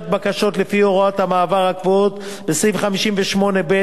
בקשות לפי הוראות המעבר הקבועות בסעיף 58(ב)